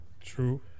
True